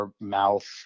mouth